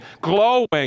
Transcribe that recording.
glowing